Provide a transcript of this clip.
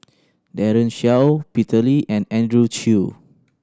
Daren Shiau Peter Lee and Andrew Chew